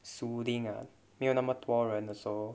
soothing ah 没有那么多人 also